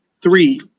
three